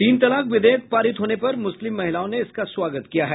तीन तलाक विधेयक पारित होने पर मूस्लिम महिलाओं ने इसका स्वागत किया है